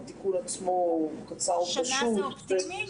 שנה זה אופטימי?